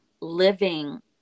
living